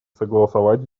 согласовать